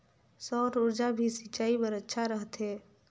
सौर ऊर्जा भी सिंचाई बर अच्छा रहथे?